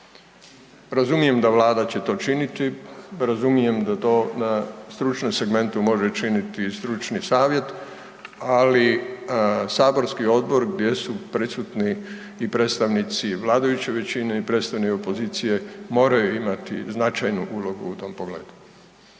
Razumijem da Vlada će to činiti, razumijem da to na stručnom segmentu može činiti i stručni savjet ali saborski odbor gdje su prisutni i predstavnici vladajuće većine i predstavnici opozicije, moraju imati značajnu ulogu u tom pogledu.